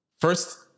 first